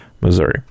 Missouri